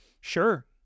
Sure